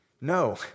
No